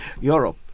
Europe